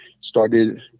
started